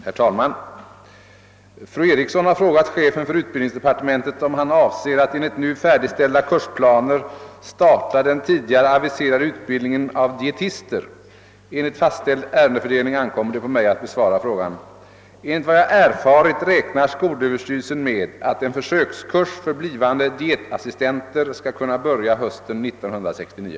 Herr talman! Fru Eriksson i Stockholm har frågat chefen för utbildningsdepartementet om han avser att enligt nu färdigställda kursplaner starta den tidigare aviserade utbildningen av dietister. Enligt fastställd ärendefördelning ankommer det på mig att besvara frågan. Enligt vad jag erfarit räknar skolöverstyrelsen med att en försökskurs för blivande dietassistenter skall kunna börja hösten 1969.